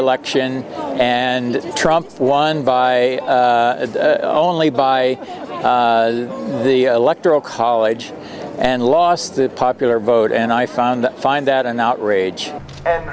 election and trump won by i only buy the electoral college and lost the popular vote and i found find that an outrage and